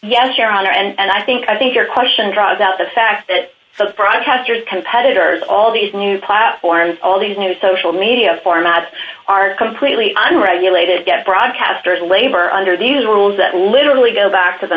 yes your honor and i think i think your question draws out the fact that broadcasters competitors all these new platforms all these new social media formats are completely unregulated get broadcasters labor under these rules that literally go back to the